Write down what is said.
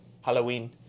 halloween